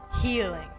healing